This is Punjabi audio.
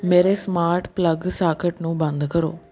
ਮੇਰੇ ਸਮਾਰਟ ਪਲੱਗ ਸਾਕਟ ਨੂੰ ਬੰਦ ਕਰੋ